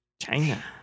China